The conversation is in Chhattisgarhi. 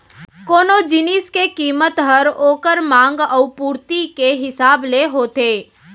कोनो जिनिस के कीमत हर ओकर मांग अउ पुरती के हिसाब ले होथे